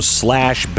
slash